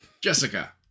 Jessica